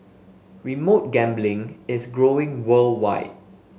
remote gambling is growing worldwide